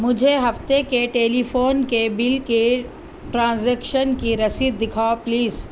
مجھے ہفتہ کے ٹیلی فون کے بل کے ٹرانزیکشن کی رسید دکھاؤ پلیز